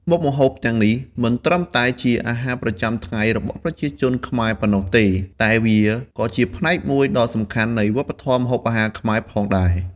មុខម្ហូបទាំងនេះមិនត្រឹមតែជាអាហារប្រចាំថ្ងៃរបស់ប្រជាជនខ្មែរប៉ុណ្ណោះទេតែវាក៏ជាផ្នែកមួយដ៏សំខាន់នៃវប្បធម៌ម្ហូបអាហារខ្មែរផងដែរ។